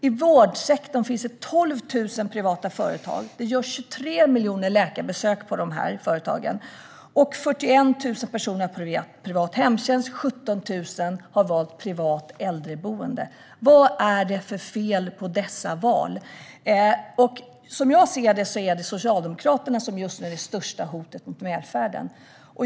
I vårdsektorn finns 12 000 privata företag, och det görs 23 miljoner läkarbesök hos dessa företag. 41 000 personer har privat hemtjänst. 17 000 personer har valt privat äldreboende. Vad är det för fel på dessa val? Som jag ser det är det Socialdemokraterna som just nu är det största hotet mot välfärden.